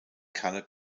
color